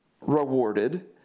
rewarded